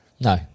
No